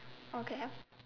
okay